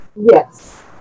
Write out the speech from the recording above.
Yes